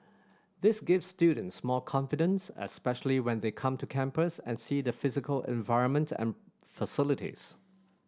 this gives students more confidence especially when they come to campus and see the physical environment and facilities